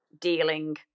dealing